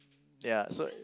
ya so